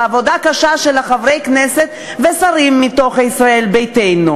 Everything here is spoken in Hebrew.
בעבודה קשה של חברי כנסת ושרים מתוך ישראל ביתנו,